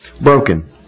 broken